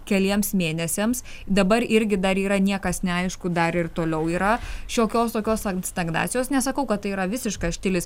keliems mėnesiams dabar irgi dar yra niekas neaišku dar ir toliau yra šiokios tokios stagnacijos nesakau kad tai yra visiškas štilis